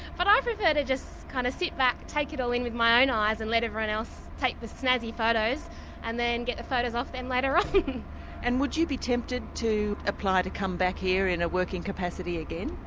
but i prefer to just kind of sit back, take it all in with my own eyes and let everyone else take the snazzy photos and then get the photos off them later ah on. and would you be tempted to apply to come back here in a working capacity again?